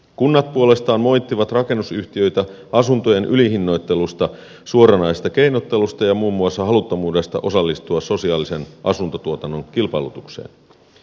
kunnat puolestaan moittivat rakennusyhtiöitä asuntojen ylihinnoittelusta suoranaisesta keinottelusta ja muun muassa haluttomuudesta osallistua sosiaalisen asuntotuotannon kilpailutukseen